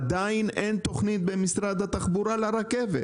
עדיין אין תוכנית במשרד התחבורה לרכבת